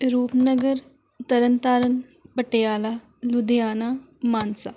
Rupnagar Tarn Taran Patiala Ludhiana Mansa